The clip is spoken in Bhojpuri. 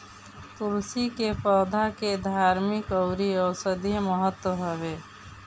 तुलसी के पौधा के धार्मिक अउरी औषधीय महत्व हवे